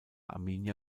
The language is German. arminia